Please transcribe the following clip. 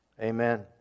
Amen